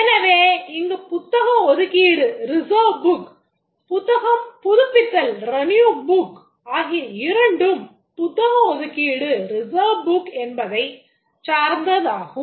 எனவே இங்கு புத்தகம் ஒதுக்கீடு என்பதைச் சார்ந்ததாகும்